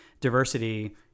diversity